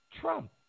Trump